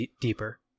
deeper